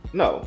no